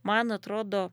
man atrodo